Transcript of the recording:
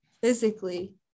physically